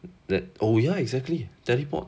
the oh ya exactly teleport